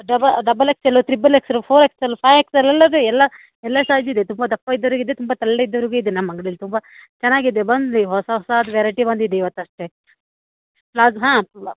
ಡಬ double X L triple X L four X L five X L ಎಲ್ಲದೂ ಎಲ್ಲ ಸೈಜದು ಇದೆ ತುಂಬ ದಪ್ಪ ಇದ್ದೋರಿಗೆ ತುಂಬ ತೆಳ ಇದ್ದೋರಿಗೂ ಇದೆ ನಮ್ಮ ಅಂಗಡಿಲಿ ತುಂಬ ಚೆನ್ನಾಗಿದೆ ಬನ್ನಿರಿ ಹೊಸ ಹೊಸದು ವೆರೈಟಿ ಬಂದಿದೆ ಇವತ್ತು ಅಷ್ಟೇ ಪ್ಲಾಸ್ ಹಾಂ